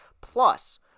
plus